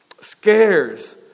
scares